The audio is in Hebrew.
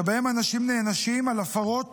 שבהם אנשים נענשים על הפרות